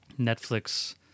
Netflix